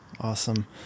Awesome